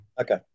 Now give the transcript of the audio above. Okay